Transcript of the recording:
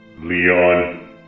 Leon